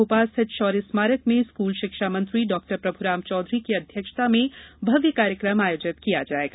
भोपाल स्थित शौर्य स्मारक में स्कूल शिक्षा मंत्री डॉक्टर प्रभुराम चौधरी की अध्यक्षता में भव्य कार्यक्रम आयोजित किया जायेगा